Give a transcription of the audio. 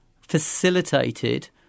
facilitated